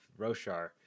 Roshar